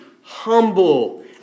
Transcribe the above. Humble